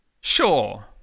Sure